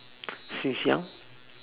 since young